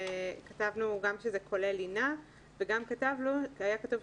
כתבנו גם שזה כולל לינה וגם היה כתוב שהיא